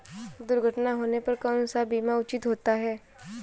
दुर्घटना होने पर कौन सा बीमा उचित होता है?